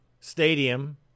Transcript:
Stadium